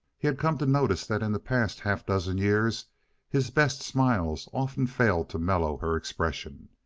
he had come to notice that in the past half-dozen years his best smiles often failed to mellow her expression.